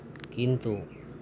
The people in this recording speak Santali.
ᱠᱤᱱᱛᱩ